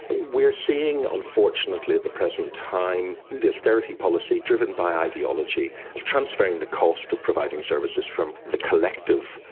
ah we're seeing unfortunately at the present time the austerity policy driven by ideology. it's transferring the cost of providing services from the collective,